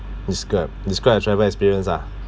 describe describe your travel experience ah